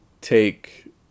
take